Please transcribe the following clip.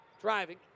driving